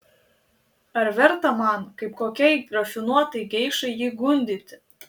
ar verta man kaip kokiai rafinuotai geišai jį gundyti